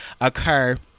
occur